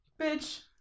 bitch